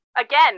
Again